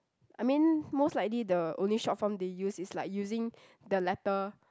I mean most likely the only short form they use is like using the letter